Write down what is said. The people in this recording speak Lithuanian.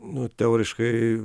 nu teoriškai